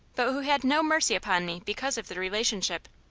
but who had no mercy upon me because of the relationship.